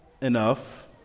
enough